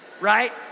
right